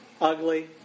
ugly